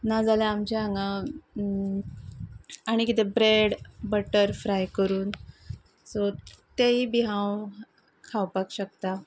नाजाल्यार आमचे हांगा आनी कितें ब्रेड बटर फ्राय करून सो तेय बी हांव खावपाक शकता